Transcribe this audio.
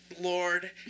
Lord